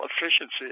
efficiency